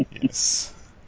Yes